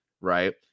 right